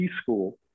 school